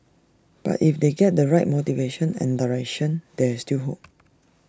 but if they get the right motivation and direction there's still hope